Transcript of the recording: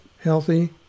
healthy